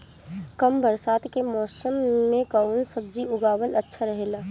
कम बरसात के मौसम में कउन सब्जी उगावल अच्छा रहेला?